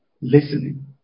Listening